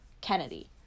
kennedy